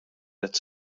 its